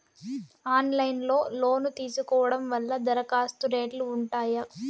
Online లో loan తీసుకోవడం వల్ల దరఖాస్తు రేట్లు ఉంటాయా?